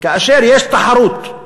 כאשר יש תחרות,